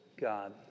God